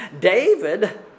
David